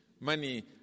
money